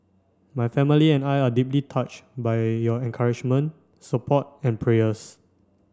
my family and I are deeply touched by your encouragement support and prayers